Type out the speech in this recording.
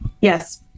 Yes